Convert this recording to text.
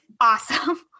Awesome